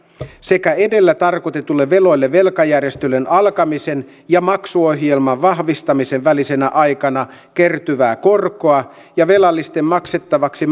sekä edellä tarkoitetuille veloille velkajärjestelyn alkamisen ja maksuohjelman vahvistamisen välisenä aikana kertyvää korkoa ja velallisen maksettavaksi